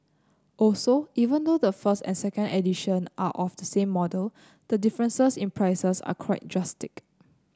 also even though the first and second edition are of the same model the difference in prices is quite drastic